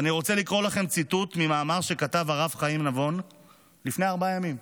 ואני רוצה לקרוא לכם ציטוט ממאמר שכתב הרב חיים נבון לפני ארבעה ימים,